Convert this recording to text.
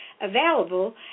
available